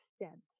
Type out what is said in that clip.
extent